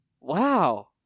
Wow